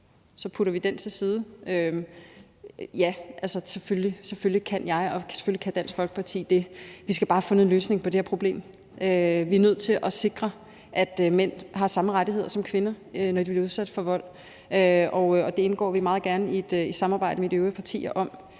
Så putter vi det til side. Og ja, selvfølgelig kan jeg og Dansk Folkeparti det – vi skal bare have fundet en løsning på det her problem. Vi er nødt til at sikre, at mænd har samme rettigheder som kvinder, når de bliver udsat for vold, og det indgår vi meget gerne i et samarbejde med de øvrige partier om.